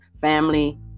family